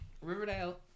Riverdale